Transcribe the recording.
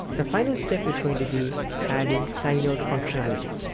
the final step is going to be adding sing out functionality